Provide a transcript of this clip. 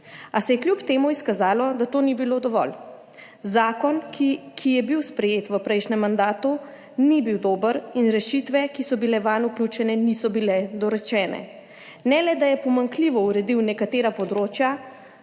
a se je kljub temu izkazalo, da to ni bilo dovolj. Zakon, ki je bil sprejet v prejšnjem mandatu, ni bil dober in rešitve, ki so bile vanj vključene, niso bile dorečene ne le, da je pomanjkljivo uredil nekatera področja,